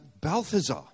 Balthazar